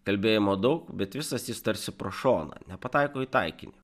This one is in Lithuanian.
kalbėjimo daug bet visas jis tarsi pro šoną nepataiko į taikinį